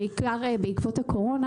בעיקר בעקבות הקורונה,